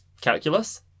Calculus